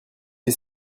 est